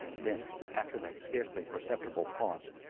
then, after that scarcely perceptible pause,